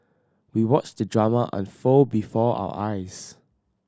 we watched the drama unfold before our eyes